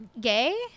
gay